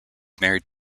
married